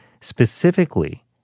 specifically